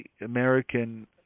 American